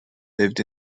lived